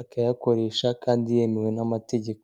akayakoresha kandi yemewe n'amategeko.